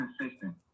consistent